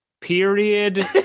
period